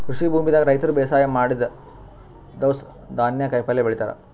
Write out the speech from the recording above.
ಕೃಷಿ ಭೂಮಿದಾಗ್ ರೈತರ್ ಬೇಸಾಯ್ ಮಾಡಿ ದವ್ಸ್ ಧಾನ್ಯ ಕಾಯಿಪಲ್ಯ ಬೆಳಿತಾರ್